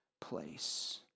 place